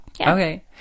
Okay